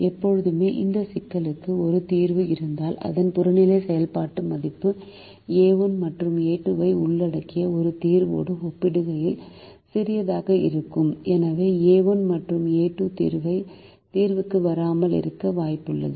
எப்போதுமே இந்த சிக்கலுக்கு ஒரு தீர்வு இருந்தால் அதன் புறநிலை செயல்பாட்டு மதிப்பு a1 மற்றும் a2 ஐ உள்ளடக்கிய ஒரு தீர்வோடு ஒப்பிடுகையில் சிறியதாக இருக்கும் எனவே a1 மற்றும் a2 தீர்வுக்கு வராமல் இருக்க வாய்ப்புள்ளது